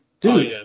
Dude